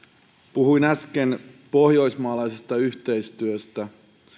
puhuin äsken pohjoismaalaisesta yhteistyöstä